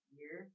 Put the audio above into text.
year